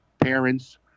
parents